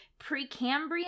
Precambrian